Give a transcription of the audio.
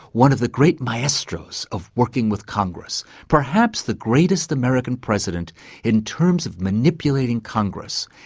one of the great maestros of working with congress, perhaps the greatest american president in terms of manipulating congress,